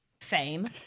fame